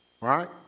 right